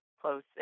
close